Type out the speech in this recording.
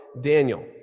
Daniel